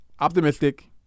optimistic